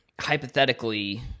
hypothetically